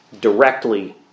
directly